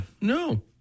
No